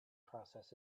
process